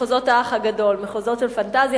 מחוזות "האח הגדול" מחוזות של פנטזיה,